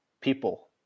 people